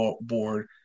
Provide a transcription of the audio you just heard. board